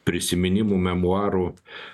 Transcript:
prisiminimų memuarų